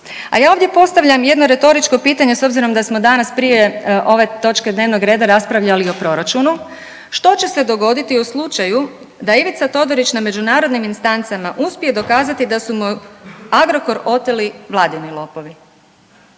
A ja ovdje postavljam jedno retoričko pitanje s obzirom da smo danas prije ove točke dnevnog reda raspravljali o proračunu, što će se dogoditi u slučaju da Ivica Todorić na međunarodnim instancama uspije dokazati da su mu Agrokor oteli vladini lopovi?